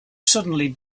suddenly